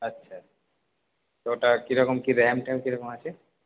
আচ্ছা ওটার কী রকম কি র্যাম ট্যাম কীরকম আছে